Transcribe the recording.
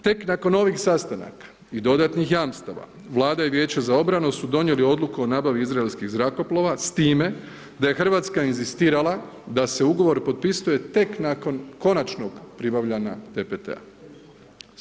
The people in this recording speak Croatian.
Tek nakon ovih sastanaka i dodatnih jamstava Vlada i Vijeće za obranu su donijeli odluku o nabavi izraelskih zrakoplova s time da je Hrvatska inzistirala da se ugovor potpisuje tek nakon konačnog pribavljanja TPT-a.